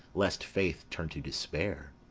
lest faith turn to despair.